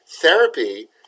therapy